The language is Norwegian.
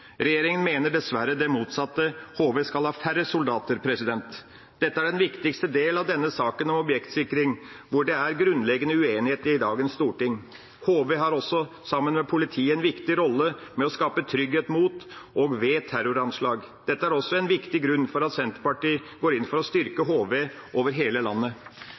Regjeringa mener dessverre det motsatte: HV skal ha færre soldater. Dette er den viktigste delen av denne saken om objektsikring, hvor det er grunnleggende uenighet i dagens storting. HV har også, sammen med politiet, en viktig rolle med å skape trygghet mot og ved terroranslag. Dette er også en viktig grunn til at Senterpartiet går inn for å styrke HV over hele landet.